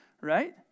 Right